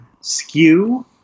skew